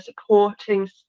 supporting